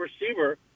receiver